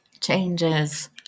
changes